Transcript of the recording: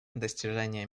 достижение